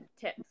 tips